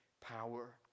power